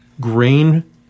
grain